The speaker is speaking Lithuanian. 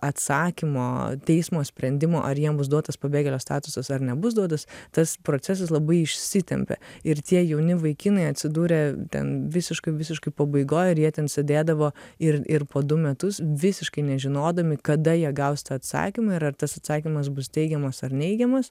atsakymo teismo sprendimo ar jiem bus duotas pabėgėlio statusas ar nebus duotas tas procesas labai išsitempė ir tie jauni vaikinai atsidūrė ten visiškoj visiškoj pabaigoj ir jie ten sedėdavo ir ir po du metus visiškai nežinodami kada jie gaus tą atsakymą ir ar tas atsakymas bus teigiamas ar neigiamas